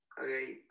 Okay